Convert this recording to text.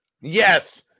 yes